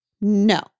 no